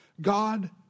God